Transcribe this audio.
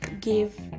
give